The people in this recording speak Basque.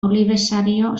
olibesario